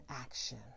action